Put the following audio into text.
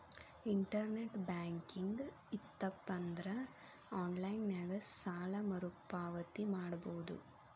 internet banking ಇತ್ತಪಂದ್ರಾ online ನ್ಯಾಗ ಸಾಲ ಮರುಪಾವತಿ ಮಾಡಬೋದು